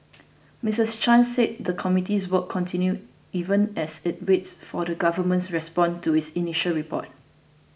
Misses Chan said the committee's work continues even as it waits for the Government's response to its initial report